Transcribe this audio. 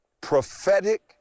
prophetic